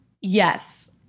Yes